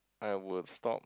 I would stop